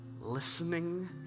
listening